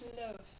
love